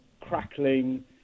crackling